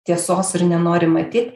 tiesos ir nenori matyt